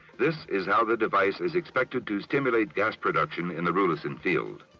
this is how the device is expected to stimulate gas production in the rulison field.